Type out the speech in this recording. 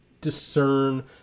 discern